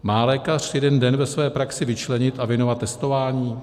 Má lékař jeden den ve své praxi vyčlenit a věnovat testování?